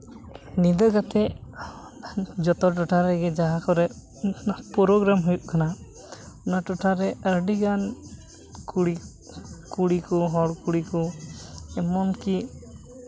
ᱧᱤᱫᱟᱹ ᱠᱟᱛᱮᱫ ᱡᱚᱛᱚ ᱴᱚᱴᱷᱟ ᱨᱮᱜᱮ ᱡᱟᱦᱟᱸ ᱠᱚᱨᱮᱫ ᱯᱨᱳᱜᱨᱟᱢ ᱦᱩᱭᱩᱜ ᱠᱟᱱᱟ ᱚᱱᱟ ᱴᱚᱴᱷᱟᱨᱮ ᱟᱹᱰᱤᱜᱟᱱ ᱠᱩᱲᱤ ᱠᱩᱲᱤ ᱠᱚ ᱦᱚᱲ ᱠᱩᱲᱤ ᱠᱚ ᱮᱢᱚᱱ ᱠᱤ